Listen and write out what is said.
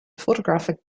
photographic